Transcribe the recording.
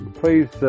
please